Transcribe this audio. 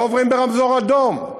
לא עוברים ברמזור אדום.